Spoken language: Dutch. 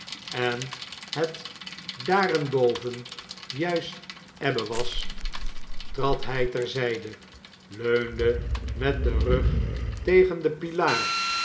en het daar en boven juist ebbe was trad hij ter zijde leunde met den rug tegen den pilaar